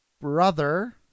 brother